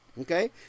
Okay